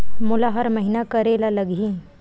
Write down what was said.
मोला हर महीना करे ल लगही?